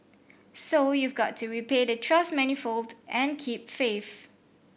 so you've got to repay the trust manifold and keep faith